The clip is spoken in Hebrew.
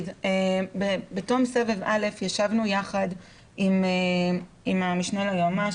בתום סבב א' ישבנו יחד עם המשנה ליועמ"ש,